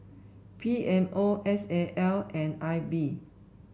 P M O S A L and I B